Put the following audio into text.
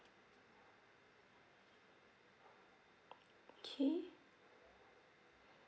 okay